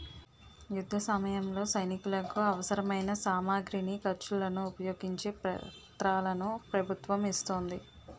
యుద్ధసమయంలో సైనికులకు అవసరమైన సామగ్రిని, ఖర్చులను ఉపయోగించే పత్రాలను ప్రభుత్వం ఇస్తోంది